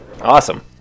Awesome